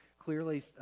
clearly